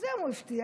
אז היום הוא הבטיח,